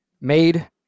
made